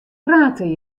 prate